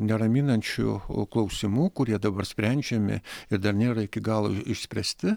neraminančių klausimų kurie dabar sprendžiami ir dar nėra iki galo išspręsti